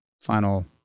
final